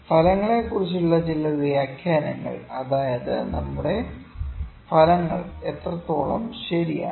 ഫലങ്ങളെക്കുറിച്ചുള്ള ചില വ്യാഖ്യാനങ്ങൾ അതായത് നമ്മുടെ ഫലങ്ങൾ എത്രത്തോളം ശരിയാണ്